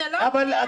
זאת לא השאלה.